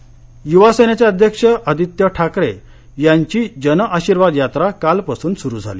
आदित्य जळगाव युवासेनेचे अध्यक्ष आदित्य ठाकरे यांची जन आशीर्वाद यात्रा कालपासून सुरू झाली